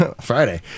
Friday